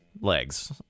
legs